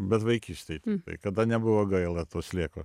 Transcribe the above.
bet vaikystėj tai kada nebuvo gaila to slieko